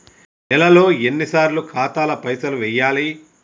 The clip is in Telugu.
నెలలో ఎన్నిసార్లు ఖాతాల పైసలు వెయ్యాలి?